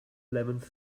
eleventh